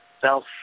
self